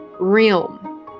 realm